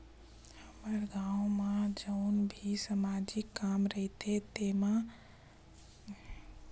हमर गाँव म जउन भी समाजिक काम रहिथे तेमे घलोक हमर महिला स्व सहायता समूह ह बने भीड़ के काम ल करथे